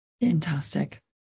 Fantastic